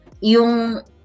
yung